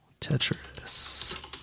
Tetris